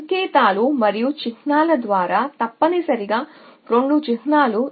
సంకేతాలు మరియు చిహ్నాల ద్వారా తప్పనిసరిగా 2 చిహ్నాలు